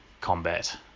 combat